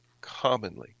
Commonly